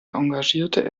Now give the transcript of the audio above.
engagierte